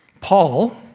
Paul